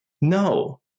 No